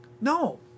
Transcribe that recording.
No